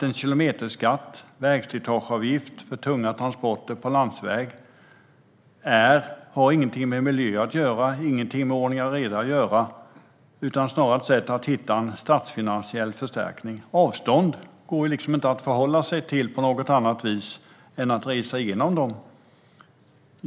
En kilometerskatt, vägslitageavgift för tunga transporter på landsväg, har ingenting med miljö att göra och ingenting med ordning och reda att göra, utan det är snarare ett sätt att hitta en statsfinansiell förstärkning. Avstånd går ju liksom inte att förhålla sig till på något annat vis än att resa igenom dem.